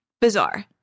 bizarre